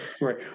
Right